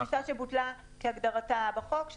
טיסה שבוטלה כהגדרתה בחוק,